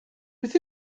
beth